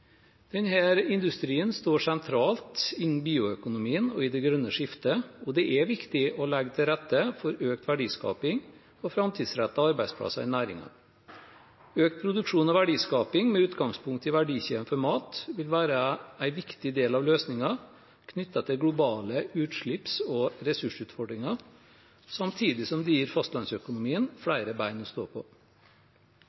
industrien står sentralt innenfor bioøkonomien og i det grønne skiftet, og det er viktig å legge til rette for økt verdiskaping og framtidsrettede arbeidsplasser i næringen. Økt produksjon og verdiskaping, med utgangspunkt i verdikjeden for mat, vil være en viktig del av løsningen knyttet til globale utslipps- og ressursutfordringer, samtidig som det gir fastlandsøkonomien